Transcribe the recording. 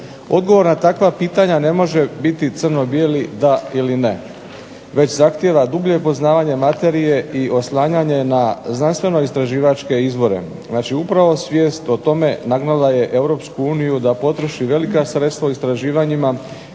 Odgovor na takva pitanja ne može biti crno bijeli da ili ne, već zahtijeva dublje poznavanje materije i oslanjanje na znanstveno istraživačke izvore. Znači upravo svijest o tome nagnala je Europsku uniju da izvrši velika sredstva u istraživanjima